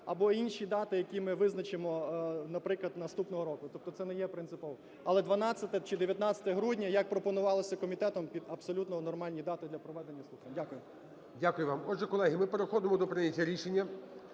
або інші дати, які ми визначимо, наприклад, наступного року. Тобто це не є принциповим. Але 12 чи 19 грудня, як пропонувалося комітетом, абсолютно нормальні дати для проведення слухань. Дякую. ГОЛОВУЮЧИЙ. Дякую вам. Отже, колеги, ми переходимо до прийняття рішення.